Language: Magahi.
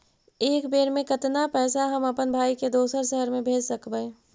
एक बेर मे कतना पैसा हम अपन भाइ के दोसर शहर मे भेज सकबै?